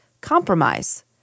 compromise